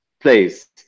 place